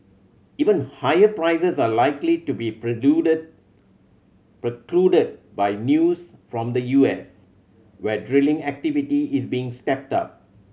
even higher prices are likely to be precluded by news from the U S where drilling activity is being stepped up